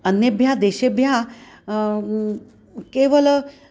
अन्येभ्यः देशेभ्यः केवलं